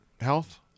health